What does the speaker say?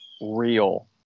real